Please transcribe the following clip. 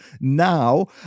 now